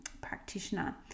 practitioner